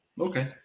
Okay